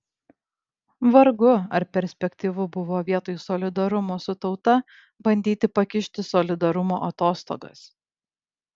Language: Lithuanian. vargu ar perspektyvu buvo vietoj solidarumo su tauta bandyti pakišti solidarumo atostogas